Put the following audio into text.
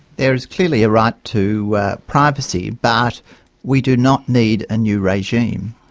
there is clearly a right to privacy, but we do not need a new regime.